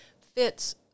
fits